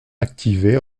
activé